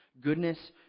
Goodness